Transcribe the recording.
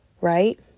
right